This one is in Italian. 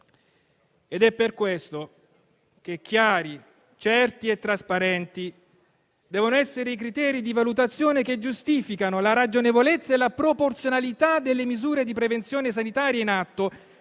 È per questo che chiari, certi e trasparenti devono essere i criteri di valutazione che giustificano la ragionevolezza e la proporzionalità delle misure di prevenzione sanitaria in atto,